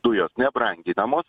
dujos nebranginamos